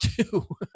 two